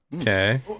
Okay